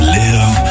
live